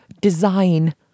design